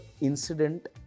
incident